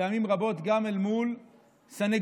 פעמים רבות גם אל מול סניגורים,